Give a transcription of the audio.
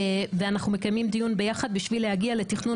ואנחנו מקיימים דיון ביחד בשביל להגיע לתכנון